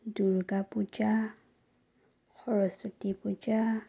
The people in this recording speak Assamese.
দুৰ্গা পূজা সৰস্বতী পূজা